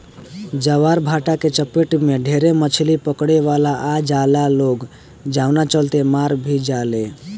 ज्वारभाटा के चपेट में ढेरे मछली पकड़े वाला आ जाला लोग जवना चलते मार भी जाले